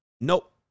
Nope